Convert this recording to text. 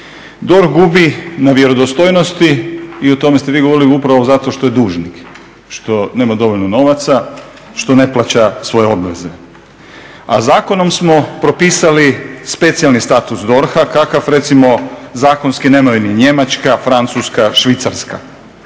DORH gubi na vjerodostojnosti i o tome ste vi govorili upravo zato što je dužnik, što nema dovoljno novaca, što ne plaća svoje obveze. A zakonom smo propisali spacijalni status DORH-a kakav recimo zakonski nemaju ni Njemačka, Francuska, Švicarska,